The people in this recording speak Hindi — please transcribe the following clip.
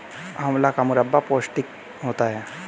आंवला का मुरब्बा पौष्टिक होता है